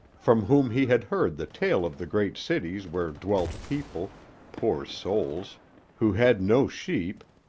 from whom he had heard the tale of the great cities where dwelt people poor souls who had no sheep,